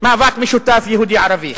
מאבק משותף יהודי ערבי.